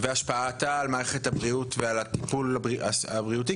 והשפעתה על מערכת הבריאות ועל הטיפול הבריאותי,